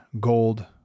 Gold